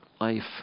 life